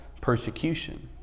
persecution